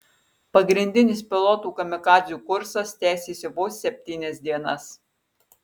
pagrindinis pilotų kamikadzių kursas tęsėsi vos septynias dienas